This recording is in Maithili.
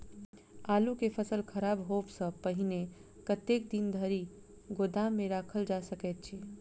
आलु केँ फसल खराब होब सऽ पहिने कतेक दिन धरि गोदाम मे राखल जा सकैत अछि?